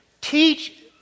Teach